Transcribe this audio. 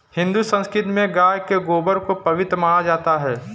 हिंदू संस्कृति में गाय के गोबर को पवित्र माना जाता है